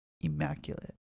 immaculate